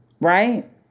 Right